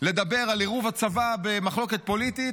לדבר על עירוב הצבא במחלוקת פוליטית,